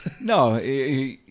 No